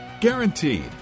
Guaranteed